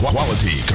Quality